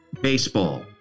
Baseball